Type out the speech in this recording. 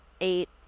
eight